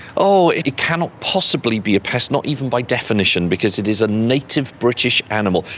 oh it cannot possibly be a pest, not even by definition because it is a native british animal.